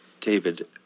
David